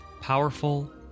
powerful